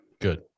Good